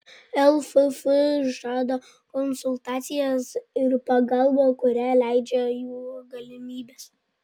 lff žada konsultacijas ir pagalbą kurią leidžia jų galimybės